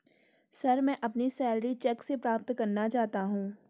sir, मैं अपनी salary cheque से प्राप्त करना चाहता हूं